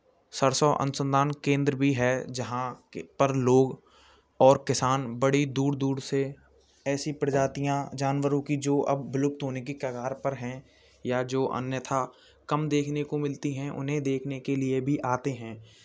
सरसों अनुसंधान केन्द्र भी है जहाँ पर लोग और किसान बड़ी दूर दूर से ऐसी प्रजातियाँ जानवरों की जो अब विलुप्त होने की कगार पर हैं या जो अन्यथा कम देखने को मिलती हैं उन्हें देखने के लिए भी आते हैं